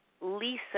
Lisa